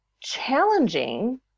challenging